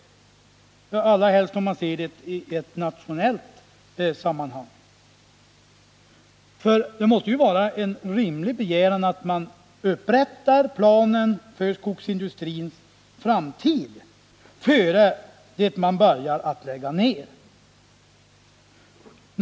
Allra helst bör man se problemet i ett nationellt sammanhang. Det måste vara en rimlig begäran att planen för skogsindustrin upprättas innan man börjar lägga ned verksamheten.